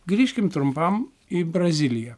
grįžkim trumpam į braziliją